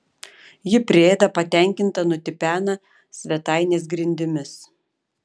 ji priėda patenkinta nutipena svetainės grindimis